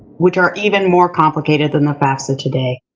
which are even more complicated than the fafsa today.